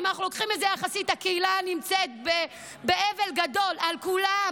אם אנחנו לוקחים את זה יחסית לקהילה היא נמצאת באבל גדול על כולם.